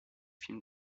films